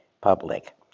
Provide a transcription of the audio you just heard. public